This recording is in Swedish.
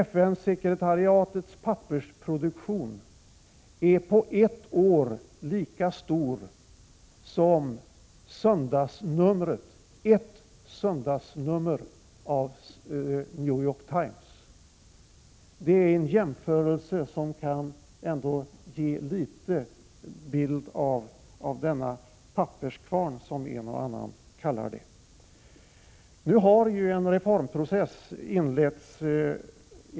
FN-sekretariatets pappersproduktion under ett år motsvarar ett söndagsnummer av New York Times. Det är en jämförelse som kan ge en bild av denna papperskvarn, som en och annan kallar det. Nu har en reformprocess inletts.